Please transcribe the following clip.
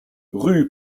rue